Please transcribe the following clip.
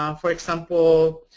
um for example,